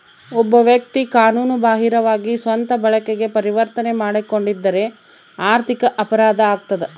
ಒಬ್ಬ ವ್ಯಕ್ತಿ ಕಾನೂನು ಬಾಹಿರವಾಗಿ ಸ್ವಂತ ಬಳಕೆಗೆ ಪರಿವರ್ತನೆ ಮಾಡಿಕೊಂಡಿದ್ದರೆ ಆರ್ಥಿಕ ಅಪರಾಧ ಆಗ್ತದ